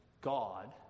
God